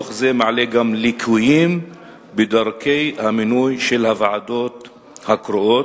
דוח זה מעלה גם ליקויים בדרכי המינוי של הוועדות הקרואות.